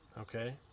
Okay